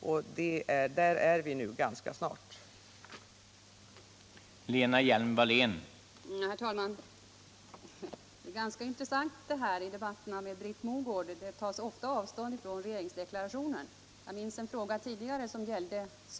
Och dit har vi ganska snart nått.